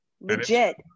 Legit